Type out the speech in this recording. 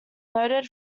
noted